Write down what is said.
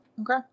Okay